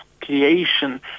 creation